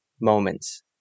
moments